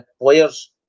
players